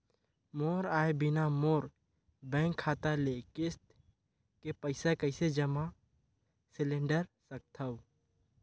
मोर आय बिना मोर बैंक खाता ले किस्त के पईसा कइसे जमा सिलेंडर सकथव?